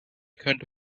könnte